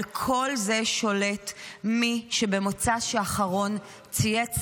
על כל זה שולט מי שבמוצ"ש האחרון צייץ